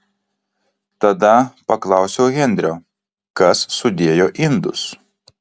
tada paklausiau henrio kas sudėjo indus